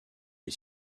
les